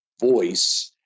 voice